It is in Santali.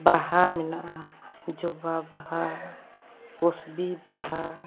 ᱵᱟᱦᱟ ᱢᱮᱱᱟᱜᱼᱟ ᱡᱚᱵᱟ ᱵᱟᱦᱟ ᱠᱩᱥᱵᱤ ᱵᱟᱦᱟ